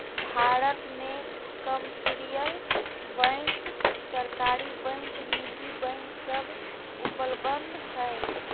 भारत मे commercial bank, सरकारी bank, निजी बैंक सब उपलब्ध हय